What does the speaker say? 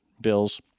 bills